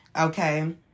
okay